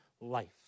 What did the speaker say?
life